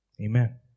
Amen